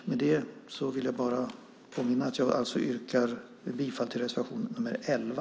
Med det vill jag påminna om att jag yrkar bifall till reservation nr 11.